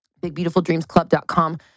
BigBeautifulDreamsClub.com